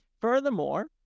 Furthermore